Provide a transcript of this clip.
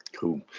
cool